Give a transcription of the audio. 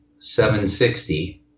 760